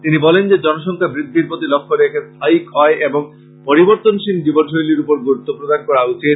তিনি বলেন যে জনসংখ্যা বৃদ্ধির প্রতি লক্ষ্য রেখেস্থায়ী ক্ষয় এবং পরিবর্তনশীল জীবন শৈলীর উপর গুরুত্ব প্রদান করা উচিৎ